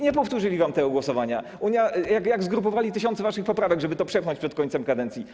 Nie powtórzyli wam tego głosowania, gdy zgrupowali tysiące waszych poprawek, żeby to przepchnąć przed końcem kadencji.